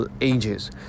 ages